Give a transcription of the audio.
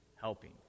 helping